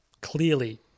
clearly